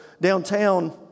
downtown